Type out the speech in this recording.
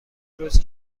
روز